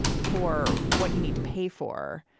for what you need to pay for.